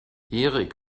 erik